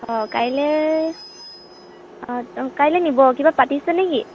অঁ কাইলৈ কাইলৈ নিব কিবা পাতিছেনে কি